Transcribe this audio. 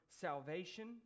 salvation